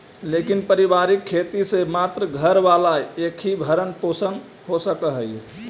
लेकिन पारिवारिक खेती से मात्र घर वाला के ही भरण पोषण हो सकऽ हई